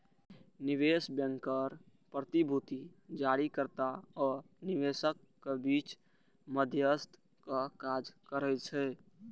निवेश बैंकर प्रतिभूति जारीकर्ता आ निवेशकक बीच मध्यस्थक काज करै छै